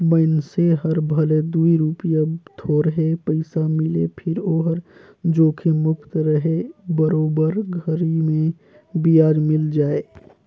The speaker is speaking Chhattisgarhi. मइनसे हर भले दूई रूपिया थोरहे पइसा मिले फिर ओहर जोखिम मुक्त रहें बरोबर घरी मे बियाज मिल जाय